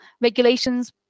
Regulations